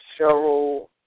Cheryl